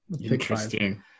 Interesting